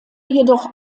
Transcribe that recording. jedoch